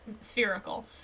spherical